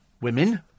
women